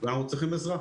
ואנחנו צריכים עזרה.